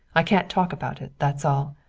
i can't talk about it, that's all.